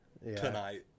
tonight